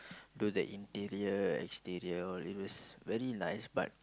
do the interior exterior all these very nice but